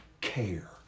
care